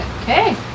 Okay